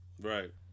Right